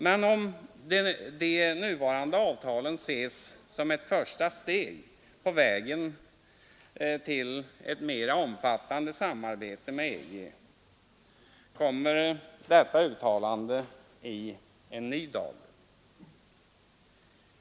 Men om de nuvarande avtalen ses som ett första steg på vägen till ett mera omfattande samarbete med EG, kommer detta uttalande i en ny dager.